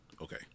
Okay